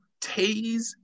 tase